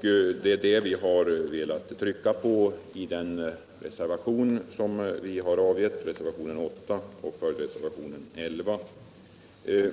Det är detta vi har velat trycka på i reservationen 8 och i följdreservationen med nr 11. Vi